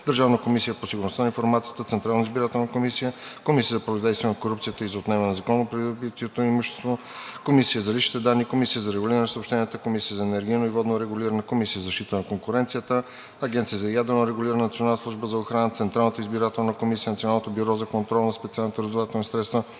Държавна комисия по сигурността на информацията, Централната избирателна комисия, Комисията за противодействие на корупцията и отнемане на незаконно придобитото имущество, Комисията за личните данни, Комисията за регулиране на съобщенията, Комисията за енергийно и водно регулиране, Комисията за защита на конкуренцията, Агенцията за ядрено регулиране, Националната служба за охрана, Централната избирателна комисия, Националното бюро за контрол на специалните разузнавателни средства,